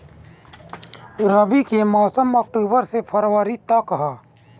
रबी के मौसम अक्टूबर से फ़रवरी तक ह